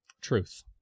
Truth